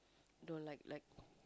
the like like